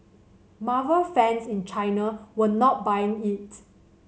marvel fans in China were not buying it